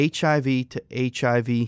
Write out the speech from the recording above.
HIV-to-HIV